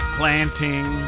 planting